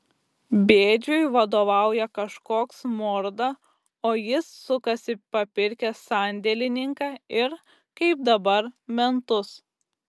bėdžiui vadovauja kažkoks morda o jis sukasi papirkęs sandėlininką ir kaip dabar mentus